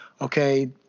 Okay